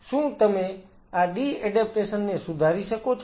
શું તમે આ ડી એડેપ્ટેશન ને સુધારી શકો છો